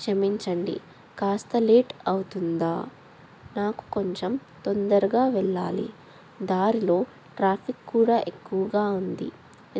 క్షమించండి కాస్త లేట్ అవుతుందా నాకు కొంచెం తొందరగా వెళ్ళాలి దారిలో ట్రాఫిక్ కూడా ఎక్కువగా ఉంది